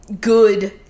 good